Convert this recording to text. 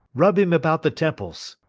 rub him about the temples.